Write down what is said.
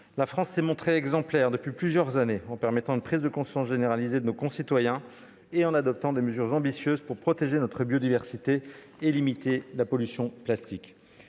pays s'est montré exemplaire depuis plusieurs années en permettant une prise de conscience généralisée de nos concitoyens et en adoptant des mesures ambitieuses pour protéger notre biodiversité et limiter la pollution par le